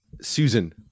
Susan